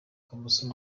kamoso